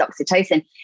oxytocin